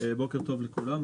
בוקר טוב לכולם.